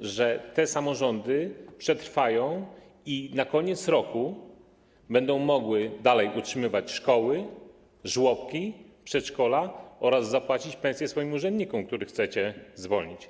że te samorządy przetrwają i na koniec roku będą mogły utrzymywać szkoły, żłobki, przedszkola oraz zapłacić pensje swoim urzędnikom, których chcecie zwolnić?